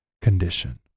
condition